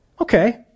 Okay